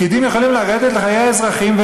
פקידים יכולים לרדת לחיי האזרחים,